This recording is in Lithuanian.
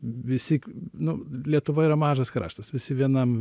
visi nu lietuva yra mažas kraštas visi vienam